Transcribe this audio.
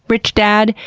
rich dad?